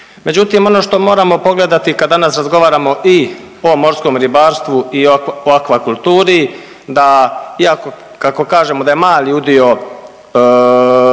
Međutim, ono što moramo pogledati kad danas razgovaramo i o morskom ribarstvu i o akvakulturi da iako kako kažemo da je mali udio